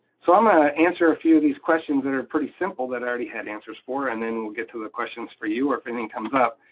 so i'm gonna answer a few of these questions that are pretty simple that i already had answers for, and then we'll get to the questions for you, or if any comes up.